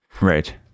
Right